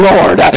Lord